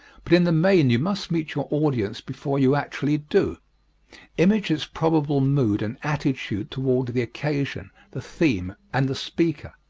but in the main you must meet your audience before you actually do image its probable mood and attitude toward the occasion, the theme, and the speaker.